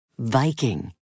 Viking